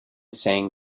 sang